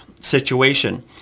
situation